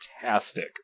fantastic